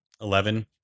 Eleven